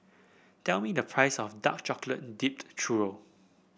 tell me the price of Dark Chocolate Dipped Churro